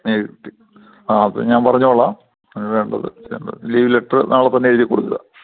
Mary ആ അപ്പം ഞാൻ പറഞ്ഞു കൊള്ളാം അതിനു വേണ്ടത് ചെയ്യേണ്ടത് ലീവ് ലെറ്ററ് നാളെ തന്നെ എഴുതി കൊടുക്കുക